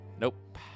Nope